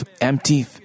empty